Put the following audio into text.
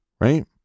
right